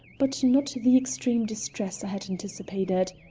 but not the extreme distress i had anticipated.